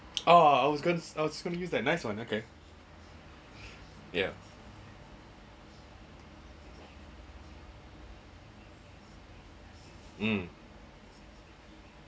oh I was gonna use that nice one gonna okay yeah um